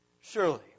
Surely